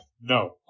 No